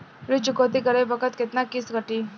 ऋण चुकौती करे बखत केतना किस्त कटी?